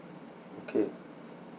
okay